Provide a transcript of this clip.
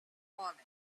falling